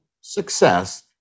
success